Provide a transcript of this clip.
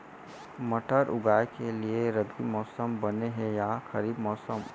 मटर उगाए के लिए रबि मौसम बने हे या खरीफ मौसम?